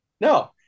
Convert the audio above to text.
no